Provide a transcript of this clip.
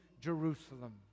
Jerusalem